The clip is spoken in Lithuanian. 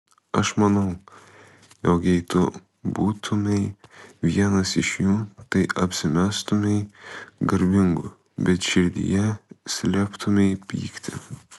aš manau jog jei tu būtumei vienas iš jų tai apsimestumei garbingu bet širdyje slėptumei pyktį